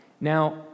Now